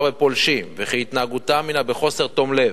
בפולשים וכי התנהגותם הינה בחוסר תום לב.